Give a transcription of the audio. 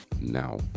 now